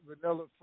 vanilla